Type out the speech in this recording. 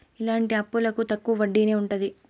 ఇలాంటి అప్పులకు తక్కువ వడ్డీనే ఉంటది